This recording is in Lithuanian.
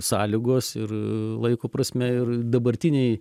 sąlygos ir laiko prasme ir dabartiniai